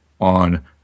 on